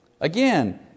Again